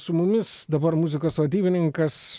su mumis dabar muzikos vadybininkas